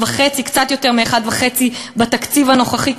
לקצת יותר מ-1.5 בתקציב הנוכחי.